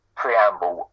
preamble